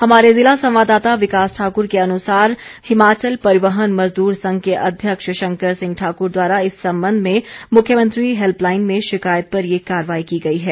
हमारे ज़िला संवाददाता विकास ठाकुर के अनुसार हिमाचल परिवहन मजदूर संघ के अध्यक्ष शंकर सिंह ठाकुर द्वारा इस संबंध में मुख्यमंत्री हैल्पलाइन में शिकायत पर ये कार्रवाई की गई है